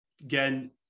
Again